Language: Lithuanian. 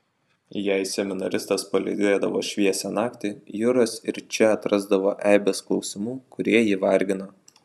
jei seminaristas palydėdavo šviesią naktį juras ir čia atrasdavo eibes klausimų kurie jį vargino